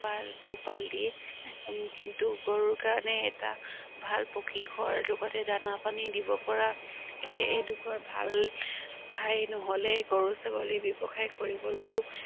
পোহপাল দিয়ে কিন্তু গৰুৰ কাৰণে এটা ভাল পকীঘৰ লগতে দানা পানী দিব পৰা এডোখৰ ভাল ঠাই নহ'লে গৰু ছাগলী ব্যৱসায় কৰিবলৈও